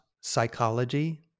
psychology